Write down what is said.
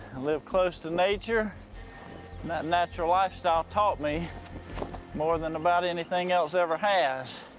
live close to nature. and that natural lifestyle taught me more than about anything else ever has.